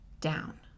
down